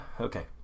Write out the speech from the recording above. Okay